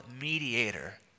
mediator